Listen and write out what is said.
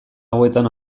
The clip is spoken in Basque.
hauetan